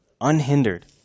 unhindered